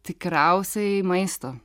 tikriausiai maisto